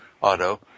auto